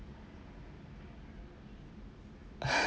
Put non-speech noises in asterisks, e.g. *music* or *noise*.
*breath*